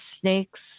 snakes